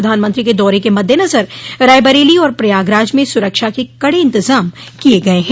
प्रधानमंत्री के दौरे के मद्देनजर रायबरेलो और प्रयागराज में सुरक्षा के कड़े इंतजाम किये गये हैं